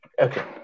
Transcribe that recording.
okay